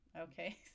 okay